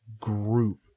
group